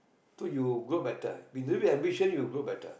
so you grow better you live with ambition you will grow better